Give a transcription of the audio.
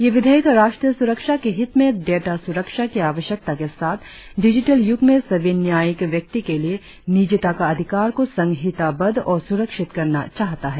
ये विधेयक राष्ट्रीय सुरक्षा के हित में डेटा सुरक्षा की आवश्यकता के साथ डिजिटल यूग में सभी न्यायिक व्यक्ति के लिए निजता का अधिकार को संहिताबद्ध और सुरक्षित करना चाहता है